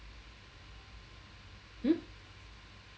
hmm